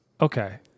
okay